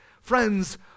Friends